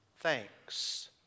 thanks